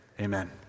Amen